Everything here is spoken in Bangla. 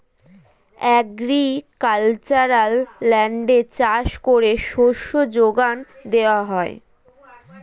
অ্যাগ্রিকালচারাল ল্যান্ডে চাষ করে শস্য যোগান দেওয়া হয়